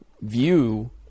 view